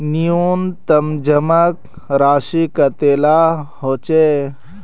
न्यूनतम जमा राशि कतेला होचे?